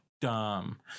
Dumb